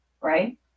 right